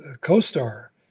co-star